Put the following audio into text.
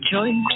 Join